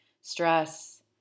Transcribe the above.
stress